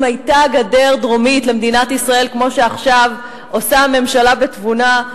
אם היתה גדר דרומית למדינת ישראל כמו שעכשיו עושה הממשלה בתבונה,